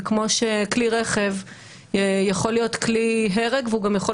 וכמו שכלי רכב יכול להיות כלי הרג והוא גם יכול